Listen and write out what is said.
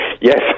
yes